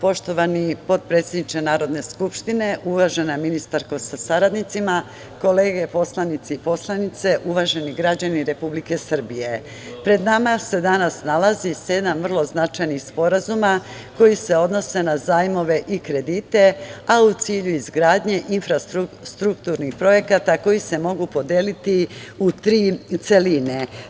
Poštovani potpredsedniče Narodne skupštine, uvažena ministarko sa saradnicima, kolege poslanici i poslanice, uvaženi građani Republike Srbije, pred nama se danas nalazi sedam vrlo značajnih sporazuma koji se odnose na zajmove i kredite, a u cilju izgradnje infrastrukturnih projekata koji se mogu podeliti u tri celine.